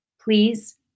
Please